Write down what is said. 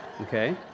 Okay